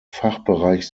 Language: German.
fachbereich